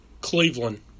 Cleveland